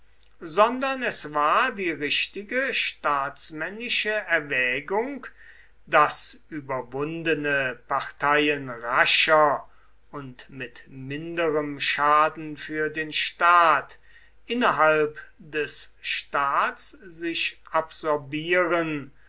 sondern es war die richtige staatsmännische erwägung daß überwundene parteien rascher und mit minderem schaden für den staat innerhalb des staats sich absorbieren